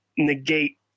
negate